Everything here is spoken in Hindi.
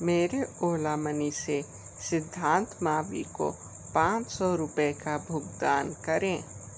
मेरे ओला मनी से सिद्धांत मावी को पाँच सौ रुपये का भुगतान करें